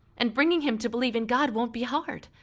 and bringing him to believe in god won't be hard.